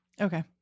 Okay